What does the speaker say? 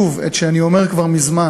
ביטחוניים אלא באמצעים מדיניים והסברתיים.